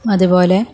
അതുപോലെ